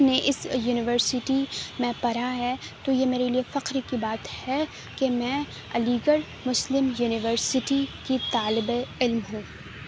نے اس یونیورسٹی میں پڑھا ہے تو یہ میرے لیے فخر کی بات ہے کہ میں علی گڑھ مسلم یونیورسٹی کی طالبِ علم ہوں